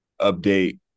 update